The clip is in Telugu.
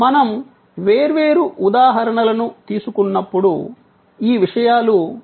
మనం వేర్వేరు ఉదాహరణలను తీసుకున్నప్పుడు ఈ విషయాలు ఎలా ఉంటాయో చూద్దాం